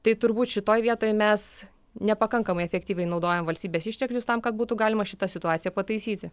tai turbūt šitoj vietoje mes nepakankamai efektyviai naudojam valstybės išteklius tam kad būtų galima šitą situaciją pataisyti